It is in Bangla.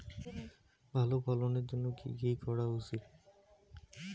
ভালো ফলনের জন্য কি কি করা উচিৎ?